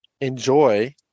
Enjoy